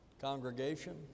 congregation